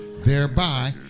thereby